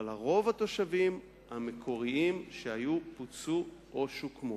אבל רוב התושבים המקוריים שהיו פוצו או שוקמו.